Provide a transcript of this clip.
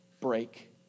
break